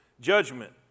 Judgment